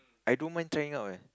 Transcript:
I don't mind trying out eh